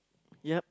yup